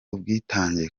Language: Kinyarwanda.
ubwitange